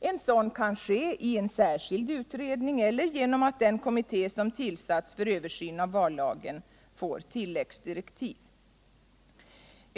En sådan kan ske i en särskild utredning eller genom att den kommitté som tillsatts för översyn av vallagen får tilläggsdirektiv.